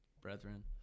brethren